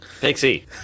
Pixie